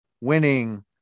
winning